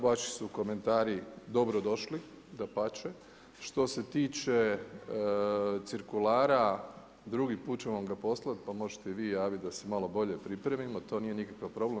Vaši su komentari dobro došli, dapače, što se tiče, cirkulara, drugi put ćemo vam ga poslati, pa možete i vi javiti, da se malo bolje pripremimo, to nije nikakav problem.